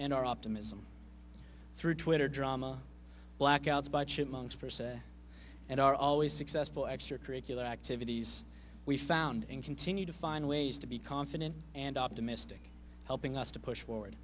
and our optimism through twitter drama blackouts by chipmunks per se and our always successful extracurricular activities we found and continue to find ways to be confident and optimistic helping us to push forward